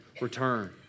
return